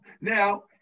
Now